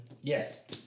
Yes